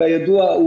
כידוע,